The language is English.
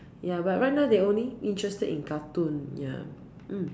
ya but right now they only interested in cartoon ya mm